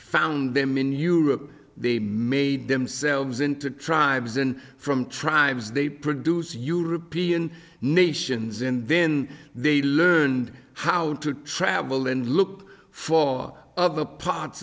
found them in europe they made themselves into tribes and from tribes they produce european nations in then they learned how to travel and look for other parts